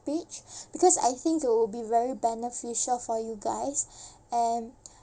page because I think it would be very beneficial for you guys and